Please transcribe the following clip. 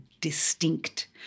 distinct